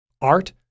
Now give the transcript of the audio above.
art